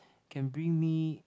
can bring me